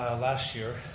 last year